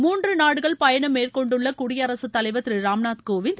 மூன்று நாடுகள் பயணம் மேற்கொண்டுள்ள குடியரசுத் தலைவர் திரு ராம்நாத் கோவிந்த்